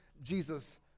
jesus